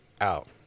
out